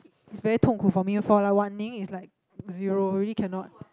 it's very 痛苦 for me for like Wan-Ning is like zero really cannot